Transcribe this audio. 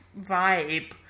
vibe